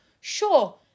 Sure